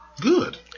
Good